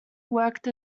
worked